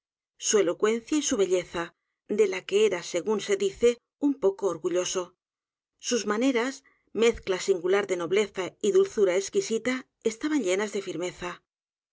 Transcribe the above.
su elocuencia y su belleza de la que era según se dice un poco orgulloso sus m a n e r a s mezcla singular de nobleza y dulzura exquisita estaban llenas de firmeza